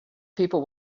people